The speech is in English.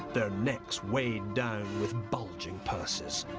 their necks weighed down with bulging purses.